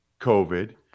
covid